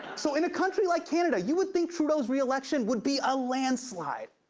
so, in a country like canada, you would think trudeau's re-election would be a landslide.